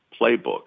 playbook